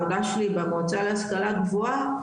מוגש לי בהשכלה למועצה גבוהה,